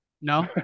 No